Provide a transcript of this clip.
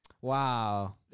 Wow